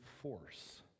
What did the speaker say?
force